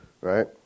Right